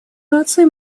наций